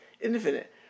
infinite